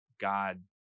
god